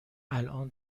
الآن